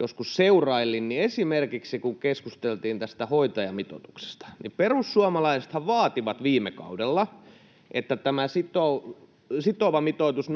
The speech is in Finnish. joskus seurailin, niin esimerkiksi kun keskusteltiin tästä hoitajamitoituksesta, niin perussuomalaisethan vaativat viime kaudella, että tämä sitova mitoitus, 0,7,